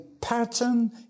pattern